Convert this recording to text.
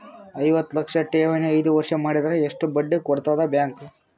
ಐವತ್ತು ಲಕ್ಷ ಠೇವಣಿ ಐದು ವರ್ಷ ಮಾಡಿದರ ಎಷ್ಟ ಬಡ್ಡಿ ಕೊಡತದ ಬ್ಯಾಂಕ್?